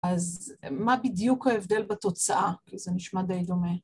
אז מה בדיוק ההבדל בתוצאה? כי זה נשמע די דומה.